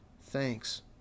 thanks